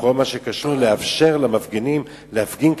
בכל הקשור למתן אפשרות למפגינים להפגין,